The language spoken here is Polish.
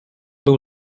był